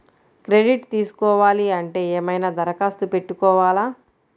Credit తీసుకోవాలి అంటే ఏమైనా దరఖాస్తు పెట్టుకోవాలా?